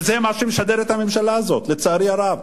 וזה מה שהממשלה הזאת משדרת, לצערי הרב.